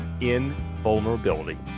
invulnerability